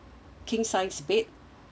king-sized bed